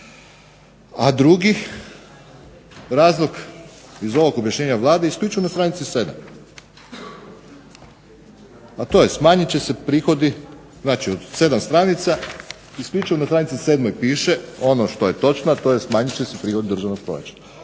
A drugi razlog iz ovog objašnjenja Vlade isključivo na str. 7, a to je smanjit će se prihodi znači od 7 stranica isključivo na stranici 7. piše ono što je točno, a to je smanjit će se prihod državnog proračuna.